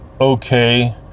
okay